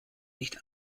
nicht